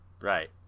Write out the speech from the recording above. Right